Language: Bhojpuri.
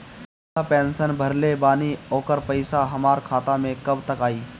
हम विर्धा पैंसैन भरले बानी ओकर पईसा हमार खाता मे कब तक आई?